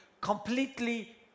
completely